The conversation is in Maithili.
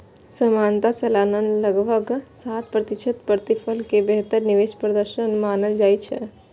सामान्यतः सालाना लगभग सात प्रतिशत प्रतिफल कें बेहतर निवेश प्रदर्शन मानल जाइ छै